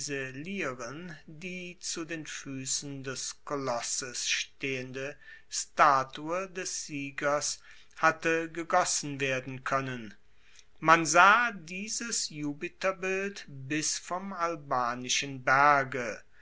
die zu den fuessen des kolosses stehende statue des siegers hatte gegossen werden koennen man sah dieses jupiterbild bis vom albanischen berge